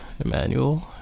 Emmanuel